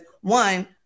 one